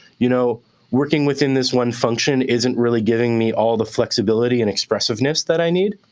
you know working within this one function isn't really giving me all the flexibility and expressiveness that i need,